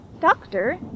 Doctor